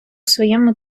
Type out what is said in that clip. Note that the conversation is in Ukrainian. своєму